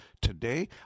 today